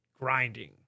grinding